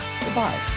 Goodbye